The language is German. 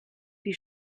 die